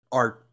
art